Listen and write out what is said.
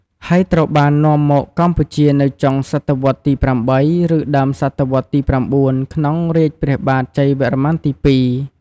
ហើយត្រូវបាននាំមកកម្ពុជានៅចុងសតវត្សទី៨ ឬដើមសតវត្សទី៩ ក្នុងរាជព្រះបាទជ័យវរ្ម័នទី២។